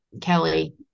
Kelly